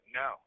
no